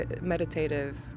meditative